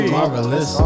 Marvelous